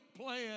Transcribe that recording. plan